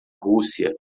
rússia